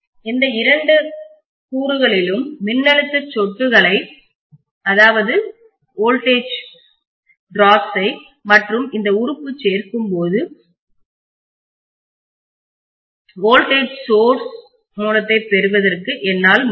இந்த இரண்டு கூறுகளிலும் மின்னழுத்த சொட்டுகளை மற்றும் இந்த உறுப்பு சேர்க்கும்போது உன் வோல்டேஜ் சோர்ஸ்மின்னழுத்த மூலத்தைப் பெறுவதற்கு என்னால் முடியும்